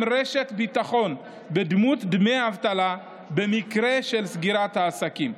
רשת ביטחון בדמות דמי אבטלה במקרה של סגירת העסקים.